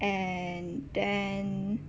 and then